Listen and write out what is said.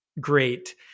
great